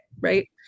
right